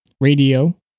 radio